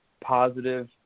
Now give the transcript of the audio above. positive